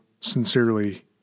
Sincerely